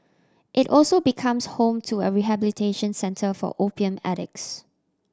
it also becomes home to a rehabilitation centre for opium addicts